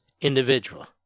individual